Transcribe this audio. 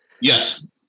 Yes